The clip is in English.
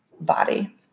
body